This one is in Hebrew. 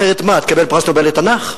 אחרת מה, תקבל פרס נובל לתנ"ך?